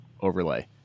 overlay